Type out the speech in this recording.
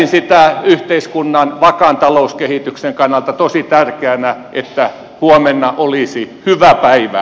pitäisin yhteiskunnan vakaan talouskehityksen kannalta tosi tärkeänä että huomenna olisi hyvä päivä